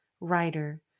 writer